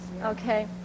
Okay